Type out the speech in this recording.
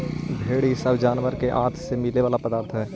भेंड़ इ सब जानवर के आँत से मिला वाला पदार्थ हई